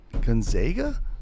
Gonzaga